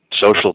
Social